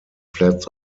flats